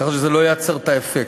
כך שזה לא ייצר את האפקט.